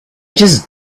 just